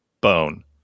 Bone